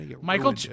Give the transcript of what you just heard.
Michael